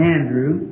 Andrew